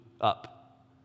up